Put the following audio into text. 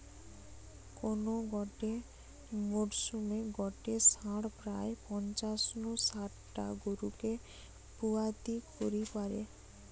কোন গটে মরসুমে গটে ষাঁড় প্রায় পঞ্চাশ নু শাট টা গরুকে পুয়াতি করি পারে